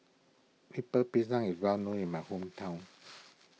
Lemper Pisang is well known in my hometown